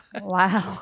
Wow